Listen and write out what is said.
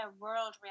world